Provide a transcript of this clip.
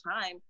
time